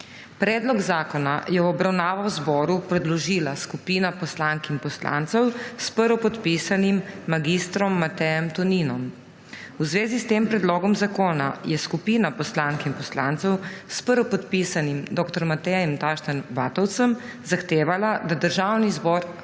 Predlog zakona je v obravnavo zboru predložila skupina poslank in poslancev s prvopodpisanim Danijelom Krivcem. V zvezi s tem predlogom zakona je skupina poslank in poslancev s prvopodpisanim Danijelom Krivcem zahtevala, da Državni zbor